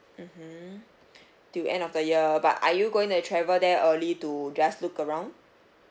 mmhmm till end of the year but are you going to travel there early to just look around